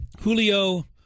Julio